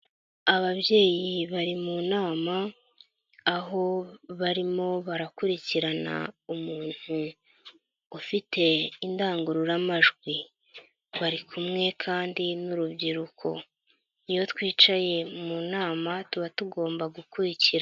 Ababyeyi bari mu nama aho barimo barakurikirana umuntu ufite indangururamajwi, bari kumwe kandi n'urubyiruko, iyo twicaye mu nama tuba tugomba gukurikira.